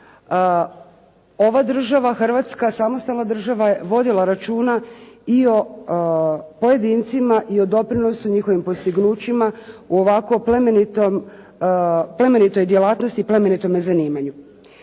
Ova država Hrvatska, samostalna država je vodila računa i o pojedincima i o doprinosu njihovim postignućima u ovako plemenitoj djelatnosti i plemenitom zanimanju.